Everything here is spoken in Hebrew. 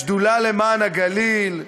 לשדולה למען הגליל,